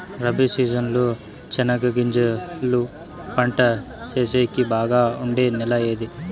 Rabi season లో చెనగగింజలు పంట సేసేకి బాగా ఉండే నెల ఏది?